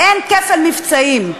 אין כפל מבצעים.